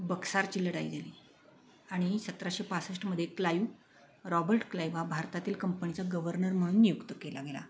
बक्सारची लढाई झाली आणि सतराशे पासष्टमध्ये क्लायव रॉबर्ट क्लायव हा भारतातील कंपनीचा गवर्नर म्हणून नियुक्त केला गेला